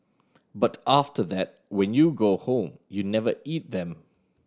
but after that when you go home you never eat them